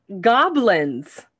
goblins